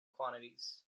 quantities